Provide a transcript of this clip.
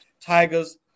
Tigers